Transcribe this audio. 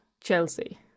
Chelsea